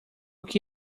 que